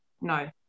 No